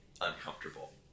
uncomfortable